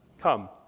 come